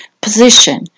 position